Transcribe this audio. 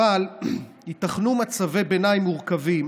אבל ייתכנו מצבי ביניים מורכבים